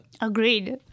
Agreed